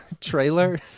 trailer